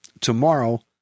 tomorrow